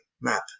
map